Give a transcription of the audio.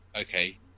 okay